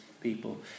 people